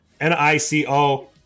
N-I-C-O